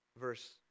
verse